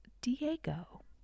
Diego